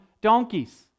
donkeys